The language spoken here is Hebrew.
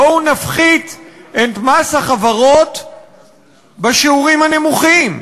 בואו נפחית את מס החברות בשיעורים הנמוכים,